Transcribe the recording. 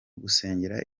gusengera